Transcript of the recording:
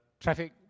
traffic